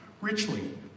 richly